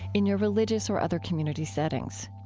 in your religious or other community settings?